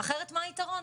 אחרת מה הפתרון?